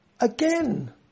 Again